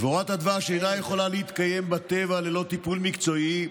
דבורת הדבש אינה יכולה להתקיים בטבע ללא טיפול מקצועי,